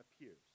appears